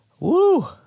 Woo